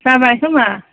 जाबाय खोमा